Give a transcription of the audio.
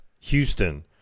Houston